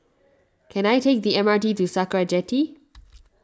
can I take the M R T to Sakra Jetty